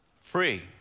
Free